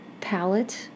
palette